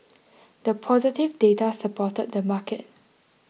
the positive data supported the market